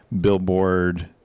Billboard